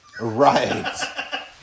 Right